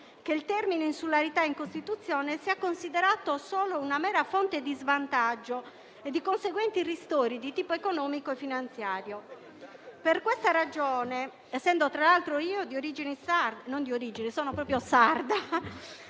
che il termine «insularità» in Costituzione sia considerato una mera fonte di svantaggio e di conseguenti ristori di tipo economico e finanziario. Per questa ragione, essendo tra l'altro sarda